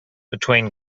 between